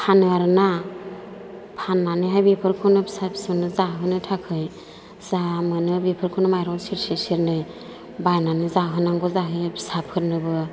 फानो आरोना फाननानैहाय बेफोरखौनो फिसा फिसौनो जाहोनो थाखाय जा मोनो बेफोरखौनो माइरं सेरसे सेरनै बायनानै जाहोनांगौ जाहैयो फिसाफोरनोबो